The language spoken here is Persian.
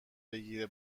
بگیره